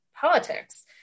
politics